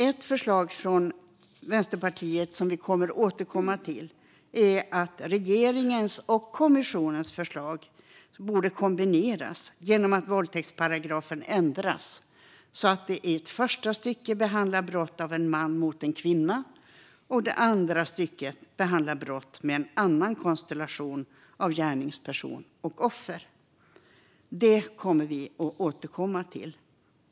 Ett förslag från Vänsterpartiet som vi kommer att återkomma till är att regeringens och kommissionens förslag kombineras genom att våldtäktsparagrafen ändras så att första stycket behandlar brott av en man mot en kvinna och det andra stycket brott med en annan konstellation av gärningsperson och offer. Detta kommer vi att återkomma till.